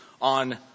on